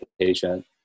patient